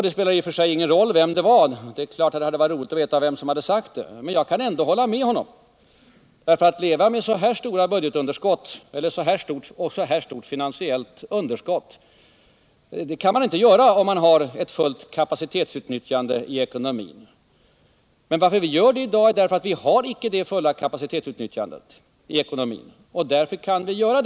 Det spelar i och för sig ingen roll vem det var, men det är klart att det hade varit intressant att veta vem som sagt det. Jag kan ändå hålla med Gunnar Sträng, för att leva med så här stora budgetunderskott och så här stort finansiellt underskott, kan man inte göra om man har ett fullt kapacitetsutnyttjande i ekonomin. Skälet till att vi i dag gör det är att vi inte har det fulla kapacitetsutnyttjandet i ekonomin.